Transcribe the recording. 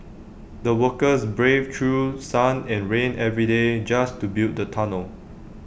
the workers braved through sun and rain every day just to build the tunnel